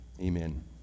amen